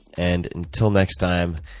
and until next time,